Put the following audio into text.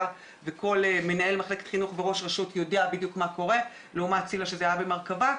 תקציב גננת בחסר בגני מוכר שאינו רשמי.